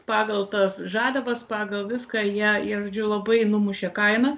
pagal tas žaliavas pagal viską jie jie žodžiu labai numušė kainą